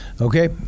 okay